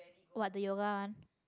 what the yoga one